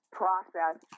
process